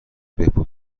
بهبود